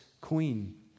queen